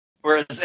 whereas